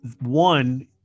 one